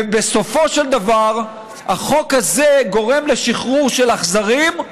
ובסופו של דבר החוק הזה גורם לשחרור של אכזרים,